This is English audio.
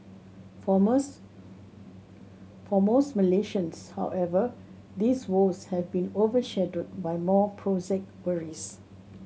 for most for most Malaysians however these woes have been overshadowed by more prosaic worries